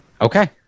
Okay